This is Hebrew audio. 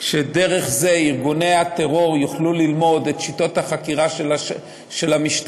דרך זה ארגוני הטרור יוכלו ללמוד את שיטות החקירה של המשטרה,